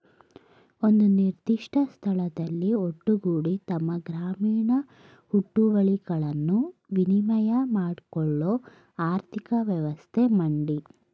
ಒಂದು ನಿರ್ದಿಷ್ಟ ಸ್ಥಳದಲ್ಲಿ ಒಟ್ಟುಗೂಡಿ ತಮ್ಮ ಗ್ರಾಮೀಣ ಹುಟ್ಟುವಳಿಗಳನ್ನು ವಿನಿಮಯ ಮಾಡ್ಕೊಳ್ಳೋ ಆರ್ಥಿಕ ವ್ಯವಸ್ಥೆ ಮಂಡಿ